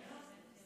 בבקשה.